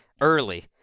early